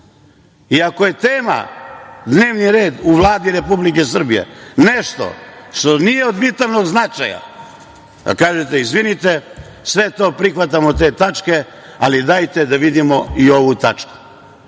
Ako je tema dnevni red u Vladi Republike Srbije, nešto što nije od bitnog značaja, da kažete – izvinite, sve to prihvatamo, te tačke, ali dajte da vidimo i ovu tačku.